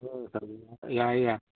ꯌꯥꯏ ꯌꯥꯏ